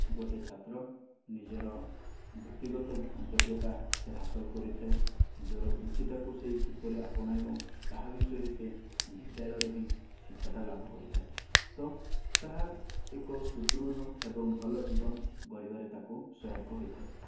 ଗୋଟିଏ ଛାତ୍ର ନିଜର ବୃତ୍ତିଗତ ଯୋଗ୍ୟତା ସେ ହାସଲ କରିଥାଏ ନିଜର ବୃତ୍ତିଟାକୁ ସେ କିପରି ଆପଣାଇବ ତାହା ବିଷୟରେ ସେ ବିଦ୍ୟାଳୟରୁ ହିଁ ଶିକ୍ଷାଟା ଲାଭ କରିଥାଏ ତ ତାହା ଏକ ସୁଦୃଢ଼ ଏବଂ ଭଲ ଜୀବନ ଗଢ଼ିବାରେ ତାକୁ ସହାୟକ ହୋଇଥାଏ